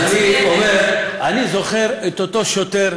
אז אני אומר, אני זוכר את אותו שוטר,